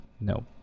no